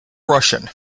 russian